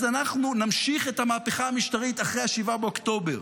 אז אנחנו נמשיך את המהפכה המשטרית אחרי 7 באוקטובר,